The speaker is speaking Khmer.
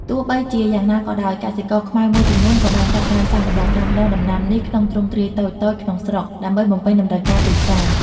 ទោះបីជាយ៉ាងណាក៏ដោយ កសិករខ្មែរមួយចំនួនក៏បានចាប់ផ្តើម សាកល្បងដាំដុះ ដំណាំនេះក្នុងទ្រង់ទ្រាយតូចៗក្នុងស្រុក ដើម្បីបំពេញតម្រូវការទីផ្សារ។